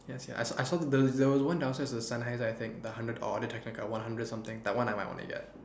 ya sia I saw I saw there there was one downstairs was Sennheiser i think the hundred audio technica one hundred I think that one I might want to get